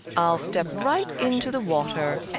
i'll step right into the water!